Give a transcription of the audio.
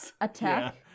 attack